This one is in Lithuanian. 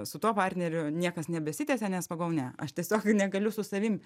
su tuo partneriu niekas nebesitęsia nes pagalvojau ne aš tiesiog negaliu su savim